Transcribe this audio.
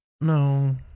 No